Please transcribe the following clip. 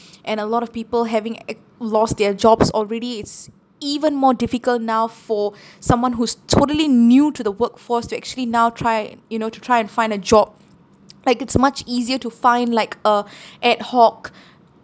and a lot of people having act~ lost their jobs already it's even more difficult now for someone who's totally new to the workforce to actually now try you know to try and find a job like it's much easier to find like uh ad hoc